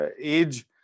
age